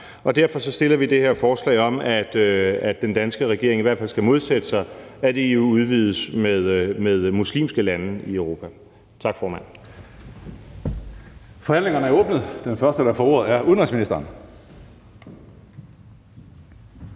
derfor fremsætter vi det her forslag om, at den danske regering i hvert fald skal modsætte sig, at EU udvides med muslimske lande i Europa. Tak, formand.